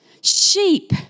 sheep